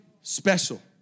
special